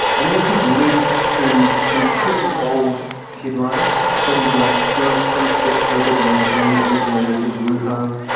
and this has led to some pretty bold headlines, things like no proof that covid nineteen originated in wuhan,